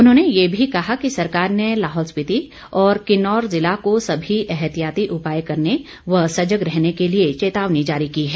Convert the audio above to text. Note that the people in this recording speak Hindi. मुख्यमंत्री ने कहा कि सरकार ने लाहौल स्पिति और किन्नौर जिला को सभी एहतियाती उपाय करने व सजग रहने के लिए चेतावनी जारी की है